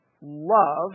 love